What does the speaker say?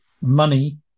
money